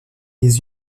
les